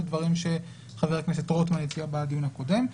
לדברים שחבר הכנסת רוטמן הציע בדיון הקודם,